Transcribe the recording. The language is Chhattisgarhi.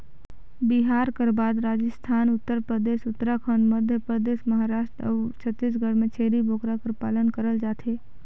बिहार कर बाद राजिस्थान, उत्तर परदेस, उत्तराखंड, मध्यपरदेस, महारास्ट अउ छत्तीसगढ़ में छेरी बोकरा कर पालन करल जाथे